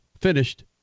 finished